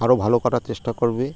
আরও ভালো করার চেষ্টা করবে